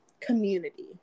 community